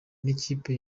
n’ikipe